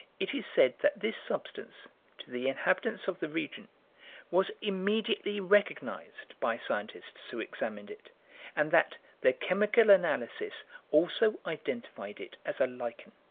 it is said that this substance to the inhabitants of the region was immediately recognized by scientists who examined it and that the chemical analysis also identified it as a lichen.